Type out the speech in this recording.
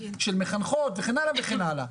של מחנכות וכן הלאה וכן הלאה.